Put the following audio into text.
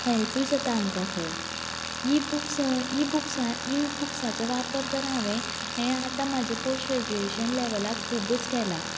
हेल्पय जाता आमकां खूब इ बूक्स इ बूक्स इ बूक्साचो तर वापर हांवेन हें आतां म्हजे पोस्ट ग्रेजूयेशन लेवलाक खुबूच केला